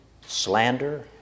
slander